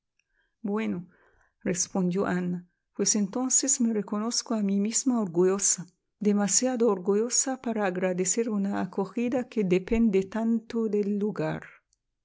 buenorespondió ana pues entonces me reconozco a mi misma orgullosa demasiado orgullosa para agradecer una acogida que depende tanto del lugar